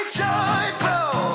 joyful